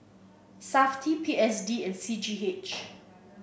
Safti P S D and C G H